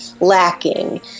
lacking